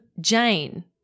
Jane